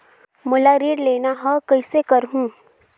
मोला ऋण लेना ह, कइसे करहुँ?